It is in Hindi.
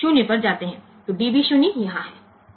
तो db 0 यहाँ है